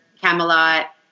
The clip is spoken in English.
Camelot